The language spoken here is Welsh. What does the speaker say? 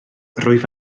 rwyf